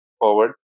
forward